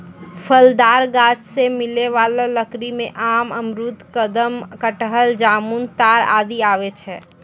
फलदार गाछ सें मिलै वाला लकड़ी में आम, अमरूद, कदम, कटहल, जामुन, ताड़ आदि आवै छै